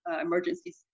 emergency